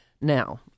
Now